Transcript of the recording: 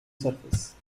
surface